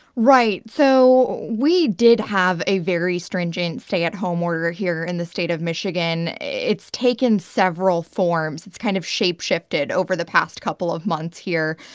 right. so we did have a very stringent stay-at-home order here in the state of michigan. it's taken several forms. it's kind of shape-shifted over the past couple of months here.